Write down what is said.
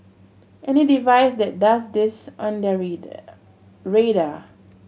any device that does this on their radar